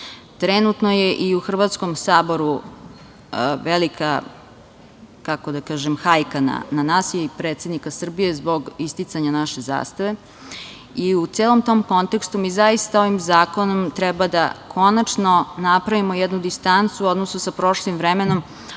je i u Hrvatskom saboru velika hajka na nas i predsednika Srbije zbog isticanja naše zastave. U celom tom kontekstu mi zaista ovim zakonom treba da konačno napravimo jednu distancu u odnosu sa prošlim vremenom,